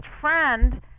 friend